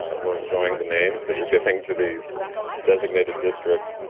ah we're enjoying the names that you're giving to these designated districts.